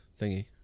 Thingy